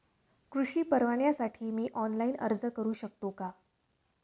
कृषी परवान्यासाठी मी ऑनलाइन अर्ज करू शकतो का?